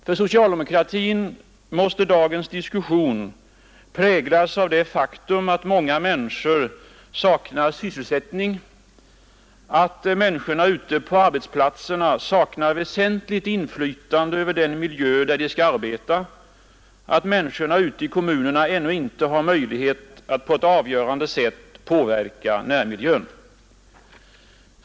För socialdemokratin måste dagens diskussion präglas av det faktum att många människor saknar sysselsättning, att människorna ute på arbetsplatserna saknar väsentligt inflytande över den miljö där de skall arbeta, att människorna ute i kommunerna ännu inte har möjlighet att på ett avgörande sätt påverka närmiljön.